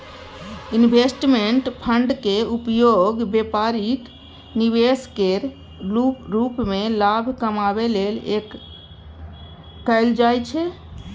investment फंडक उपयोग बेपारिक निवेश केर रूप मे लाभ कमाबै लेल कएल जाइ छै